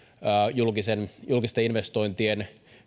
julkisten investointien